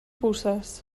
puces